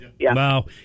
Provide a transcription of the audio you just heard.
Wow